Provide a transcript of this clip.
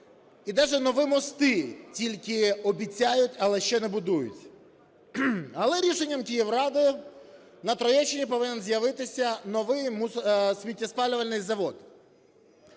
І даже нові мости тільки обіцяють, але ще не будують. Але рішенням Київради на Троєщині повинен з'явитися новий сміттєспалювальний завод.